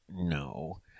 No